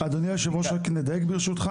אדוני יושב הראש רק אם נדייק ברשותך,